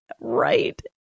right